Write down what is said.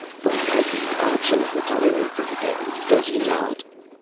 but he has the option of retiring for the day, does he not?